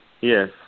Yes